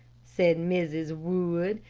said mrs. wood.